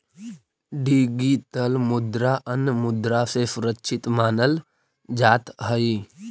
digital मुद्रा अन्य मुद्रा से सुरक्षित मानल जात हई